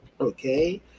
Okay